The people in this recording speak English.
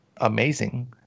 amazing